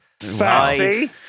Fancy